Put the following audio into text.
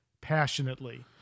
passionately